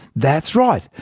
that's right.